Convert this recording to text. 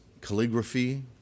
calligraphy